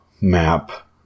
map